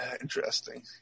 Interesting